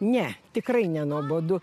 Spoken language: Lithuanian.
ne tikrai ne nuobodu